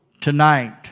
tonight